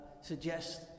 suggest